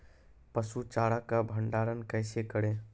पसु चारा का भंडारण कैसे करें?